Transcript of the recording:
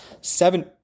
seven